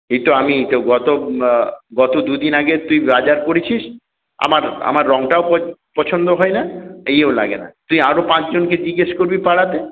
এই তো আমি এই তো গত গত দুদিন আগে তুই বাজার করেছিস আমার আমার রংটাও পছন্দ হয় না ইয়েও লাগে না তুই আরও পাঁচজনকে জিজ্ঞাসা করবি পাড়াতে